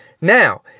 Now